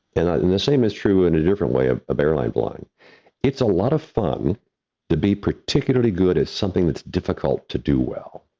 and the same is true in a different way ah of airline flying it's a lot of fun to be particularly good at something that's difficult to do well.